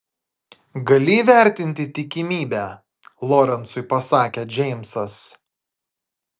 gali įvertinti tikimybę lorencui pasakė džeimsas